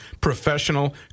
professional